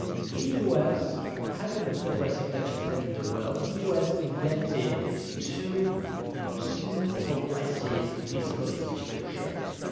the u. s. had the most progressive tax system in the world. the u. s. invented two key progressive fiscal institutions.